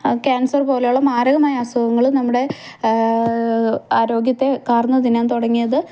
cancer പോലെയുള്ള മാരകമായ അസുഖങ്ങളും നമ്മുടെ ആരോഗ്യത്തെ കാർന്നുതിന്നാൻ തുടങ്ങിയത്